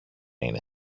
είναι